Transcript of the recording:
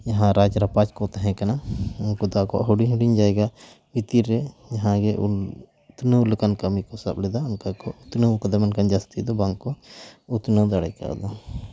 ᱡᱟᱦᱟᱸ ᱨᱟᱡᱽ ᱨᱟᱯᱟᱡᱽ ᱠᱚ ᱛᱟᱦᱮᱸ ᱠᱟᱱᱟ ᱩᱱᱠᱩ ᱫᱚ ᱟᱠᱚᱣᱟᱜ ᱦᱩᱰᱤᱧ ᱦᱩᱰᱤᱧ ᱡᱟᱭᱜᱟ ᱵᱷᱤᱛᱤᱨ ᱨᱮ ᱡᱟᱦᱟᱸ ᱜᱮ ᱩᱱ ᱩᱛᱱᱟᱹᱣ ᱞᱮᱠᱟᱱ ᱠᱟᱹᱢᱤ ᱠᱚ ᱥᱟᱵ ᱞᱮᱫᱟ ᱚᱱᱠᱟ ᱜᱮᱠᱚ ᱩᱛᱱᱟᱹᱣ ᱠᱟᱫᱟ ᱢᱮᱱᱠᱷᱟᱱ ᱡᱟᱹᱥᱛᱤ ᱫᱚ ᱵᱟᱝ ᱠᱚ ᱩᱛᱱᱟᱹᱣ ᱫᱟᱲᱮ ᱠᱟᱣᱫᱟ